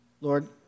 Lord